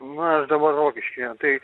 nu aš dabar rokiškyje tai